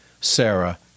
Sarah